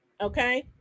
Okay